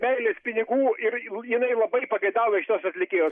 meilės pinigų ir jinai labai pageidauja šitos atlikėjos